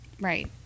right